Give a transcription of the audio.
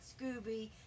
scooby